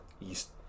east